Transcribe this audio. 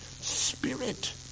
spirit